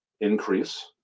increase